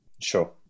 Sure